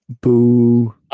Boo